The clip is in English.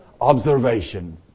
observation